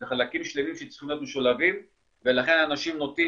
זה חלקים שלמים שצריכים להיות משולבים ולכן אנשים נוטים